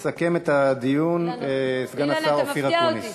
יסכם את הדיון סגן השר אופיר אקוניס.